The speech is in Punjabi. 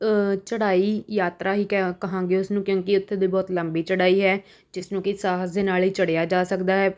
ਚੜ੍ਹਾਈ ਯਾਤਰਾ ਹੀ ਕਹ ਕਹਾਂਗੇ ਉਸਨੂੰ ਕਿਉਂਕਿ ਉੱਥੇ ਦੇ ਬਹੁਤ ਲੰਬੀ ਚੜ੍ਹਾਈ ਹੈ ਜਿਸਨੂੰ ਕਿ ਸਾਹਸ ਦੇ ਨਾਲ ਹੀ ਚੜ੍ਹਿਆ ਜਾ ਸਕਦਾ ਹੈ